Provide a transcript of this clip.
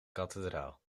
kathedraal